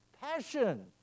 Passion